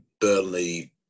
Burnley